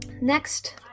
Next